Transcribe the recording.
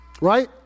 right